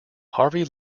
harvey